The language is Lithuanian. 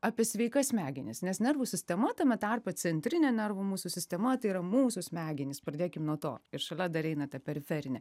apie sveikas smegenis nes nervų sistema tame tarpe centrinė nervų mūsų sistema tai yra mūsų smegenys pradėkim nuo to ir šalia dar eina ten periferinė